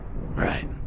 Right